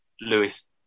Lewis